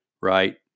right